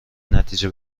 نتیجه